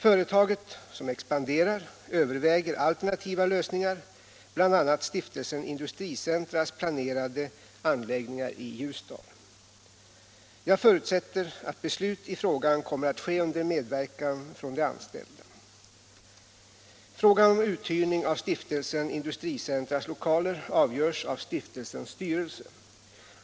Företaget, som expanderar, överväger alternativa lösningar, bl.a. Stiftelsen Industricentras planerade anläggningar i Ljusdal. Jag förutsätter att beslut i frågan kommer att ske under medverkan från de anställda. Frågan om uthyrning av Stiftelsen Industricentras lokaler avgörs av stiftelsens styrelse.